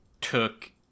took